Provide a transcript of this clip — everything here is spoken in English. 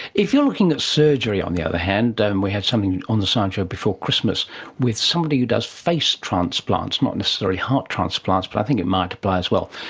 if you are looking at surgery on the other hand, um we had something on the science show before christmas with somebody who does face transplants, not necessarily heart transplants but i think it might apply as well,